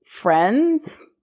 friends